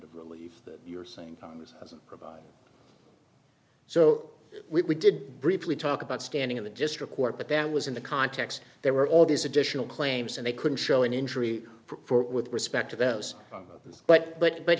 of relief that you're saying congress doesn't provide so we did briefly talk about standing in the district court but that was in the context there were all these additional claims and they couldn't show an injury for with respect to those weapons but but but